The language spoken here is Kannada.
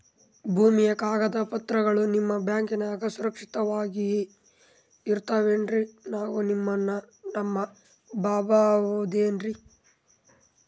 ಭೂಮಿಯ ಕಾಗದ ಪತ್ರಗಳು ನಿಮ್ಮ ಬ್ಯಾಂಕನಾಗ ಸುರಕ್ಷಿತವಾಗಿ ಇರತಾವೇನ್ರಿ ನಾವು ನಿಮ್ಮನ್ನ ನಮ್ ಬಬಹುದೇನ್ರಿ?